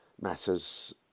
matters